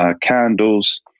Candles